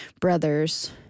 brothers